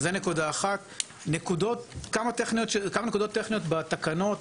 כמה נקודות טכניות בתקנות.